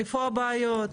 איפה הבעיות,